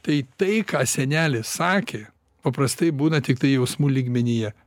tai tai ką senelis sakė paprastai būna tiktai jausmų lygmenyje